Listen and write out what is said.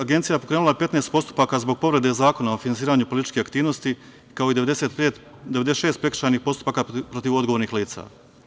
Agencija je pokrenula 15 postupaka zbog povrede Zakona o finansiranju političkih aktivnosti, kao i 96 prekršaja protiv odgovornih lica.